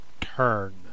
turn